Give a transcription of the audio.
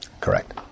Correct